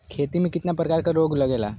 खेती में कितना प्रकार के रोग लगेला?